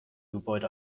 gebäude